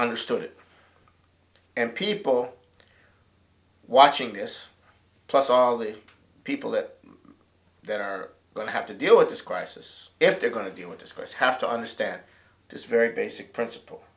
understood and people watching this plus all the people that are going to have to deal with this crisis if they're going to deal with discourse have to understand this very basic principle